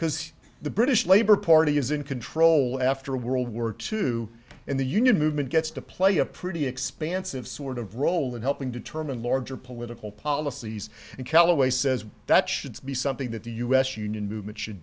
because the british labor party is in control after world war two and the union movement gets to play a pretty expansive sort of role in helping determine larger political policies and callaway says that should be something that the u s union movement should